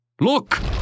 Look